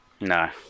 No